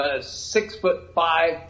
six-foot-five